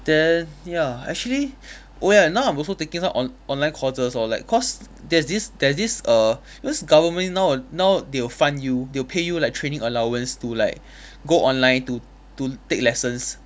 then ya actually oh ya now I'm also taking some on~ online courses lor like cause there's this there's this err cause government now now they will fund you they'll pay you like training allowance to like go online to to take lessons